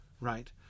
right